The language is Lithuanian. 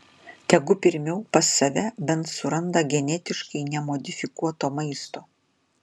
tegu pirmiau pas save bent suranda genetiškai nemodifikuoto maisto